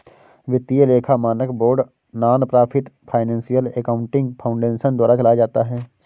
वित्तीय लेखा मानक board nonprofit financial accounting foundation द्वारा चलाया जाता है